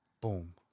boom